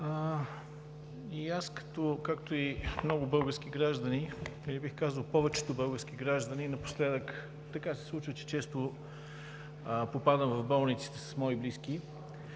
и аз, както и много български граждани, или бих казал повечето български граждани, напоследък така се случва, че често попадам в болниците с мои близки